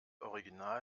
original